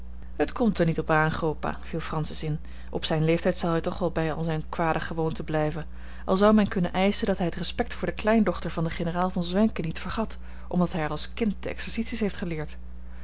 het komt er niet op aan grootpa viel francis in op zijn leeftijd zal hij toch wel bij al zijne kwade gewoonten blijven al zou men kunnen eischen dat hij het respect voor de kleindochter van generaal von zwenken niet vergat omdat hij haar als kind de exercities heeft geleerd